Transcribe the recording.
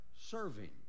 serving